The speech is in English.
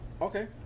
Okay